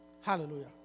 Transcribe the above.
Hallelujah